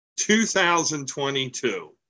2022